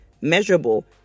measurable